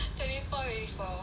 twenty four eighty four